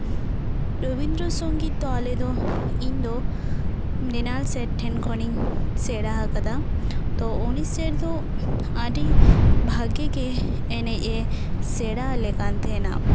ᱨᱚᱵᱤᱱᱫᱨᱚ ᱥᱚᱝᱜᱤᱛ ᱫᱚ ᱟᱞᱮ ᱫᱚ ᱤᱧ ᱫᱚ ᱢᱨᱤᱱᱟᱞ ᱥᱮᱨ ᱴᱷᱮᱱ ᱠᱷᱚᱱᱤᱧ ᱥᱮᱬᱟ ᱟᱠᱟᱫᱟ ᱛᱚ ᱩᱱᱤ ᱥᱮᱨ ᱫᱚ ᱟ ᱰᱤ ᱵᱷᱟ ᱜᱤ ᱜᱮ ᱮᱱᱮᱡ ᱮ ᱥᱮᱬᱟ ᱟᱞᱮ ᱠᱟᱱ ᱛᱟᱦᱮᱱᱟ